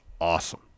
awesome